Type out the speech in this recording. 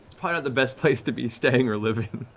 kind of the best place to be staying or living.